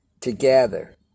together